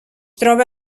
troba